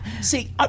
See